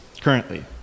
currently